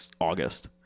August